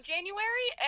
January